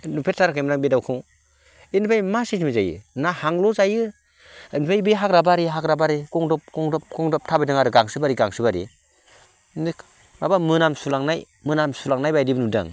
नुफेरथाराखैमोन आं बे दाउखौ इनिफ्राय मा सिसटेमै जायो ना हांल' जायो इनिफ्राय बे हाग्रा बारि हाग्रा बारि गंदब गंदब गंदब थाबायदों आरो गांसो बारि गांसो बारि माबा मोनामसुलांनाय मोनामसुलांनाय बादि नुदां